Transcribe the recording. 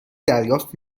دریافت